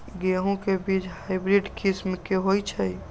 गेंहू के बीज हाइब्रिड किस्म के होई छई?